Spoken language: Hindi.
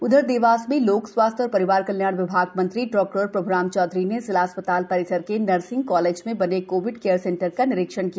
उधर देवास में लोक स्वास्थ्य एवं परिवार कल्याण विभाग मंत्री डॉ प्रभ्राम चौधरी ने जिला अस्पताल परिसर के नर्सिंग कॉलेज में बने कोविड केयर सेंटर का निरीक्षण किया